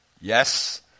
yes